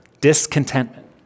Discontentment